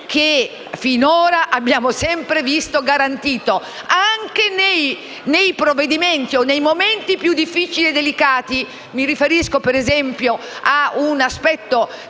che finora abbiamo sempre visto garantiti anche nei provvedimenti e nei momenti più difficili o delicati. Mi riferisco - per esempio - a un provvedimento